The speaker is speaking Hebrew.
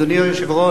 אדוני היושב-ראש,